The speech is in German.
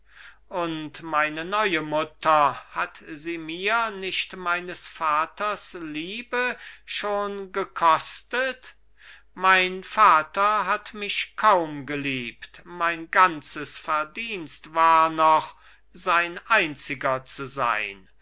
und meine neue mutter hat sie mir nicht meines vaters liebe schon gekostet mein vater hat mich kaum geliebt mein ganzes verdienst war noch sein einziger zu sein